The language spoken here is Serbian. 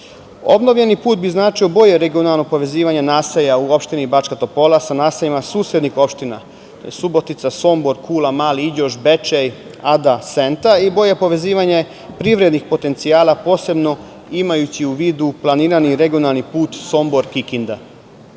prelaza. Obnovljeni put bi značio bolje regionalno povezivanje naselja u opštini Bačka Topola sa naseljima susednih opština, Subotica, Sombor, Kula, Mali Iđoš, Bečej, Ada, Senta i bolje povezivanje privrednih potencijala, posebno imajući u vidu planirani regionalni put Sombor – Kikinda. Prema